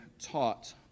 taught